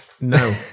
No